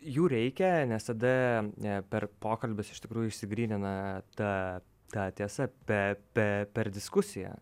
jų reikia nes tada e per pokalbius iš tikrųjų išsigrynina ta ta tiesa pe pe per diskusiją